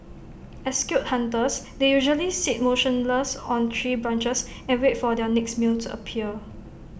as skilled hunters they usually sit motionless on tree branches and wait for their next meal to appear